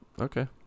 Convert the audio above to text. Okay